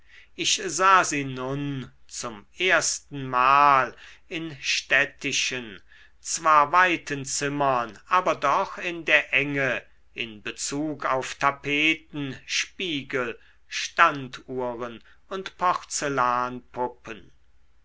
ich sah sie nun zum ersten mal in städtischen zwar weiten zimmern aber doch in der enge in bezug auf tapeten spiegel standuhren und